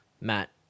Matt